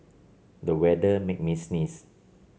the weather made me sneeze